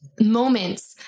moments